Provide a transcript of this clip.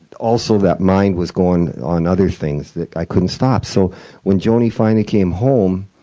also, that mind was going on other things that i couldn't stop. so when joanie finally came home,